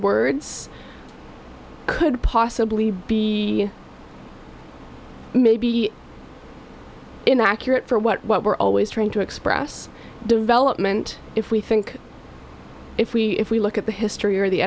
words could possibly be may be inaccurate for what we're always trying to express development if we think if we if we look at the history or the